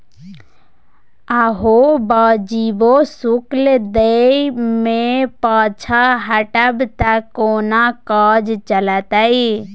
अहाँ वाजिबो शुल्क दै मे पाँछा हटब त कोना काज चलतै